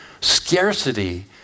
Scarcity